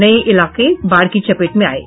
नये इलाके बाढ़ की चपेट में आये